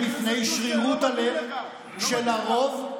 שיש מגן בפני שרירות הלב של הרוב בכנסת,